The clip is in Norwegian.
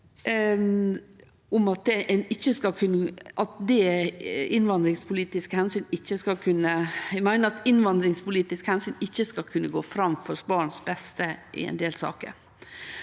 at innvandringspolitiske omsyn ikkje skal kunne gå føre barnets beste i ein del saker.